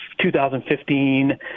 2015